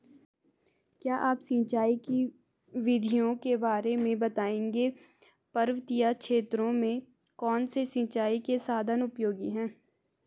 क्या आप सिंचाई की विधियों के बारे में बताएंगे पर्वतीय क्षेत्रों में कौन से सिंचाई के साधन उपयोगी हैं?